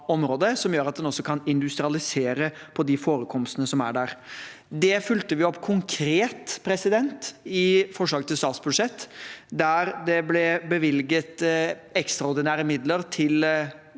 som gjør at en også kan industrialisere på forekomstene der. Det fulgte vi opp konkret i forslaget til statsbudsjett, der det ble bevilget ekstraordinære midler til